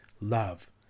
love